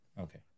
Okay